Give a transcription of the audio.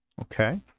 Okay